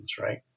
right